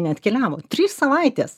neatkeliavo trys savaitės